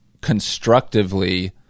constructively